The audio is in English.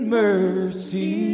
mercy